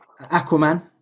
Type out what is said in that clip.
Aquaman